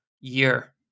year